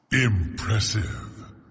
Impressive